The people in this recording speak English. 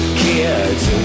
kids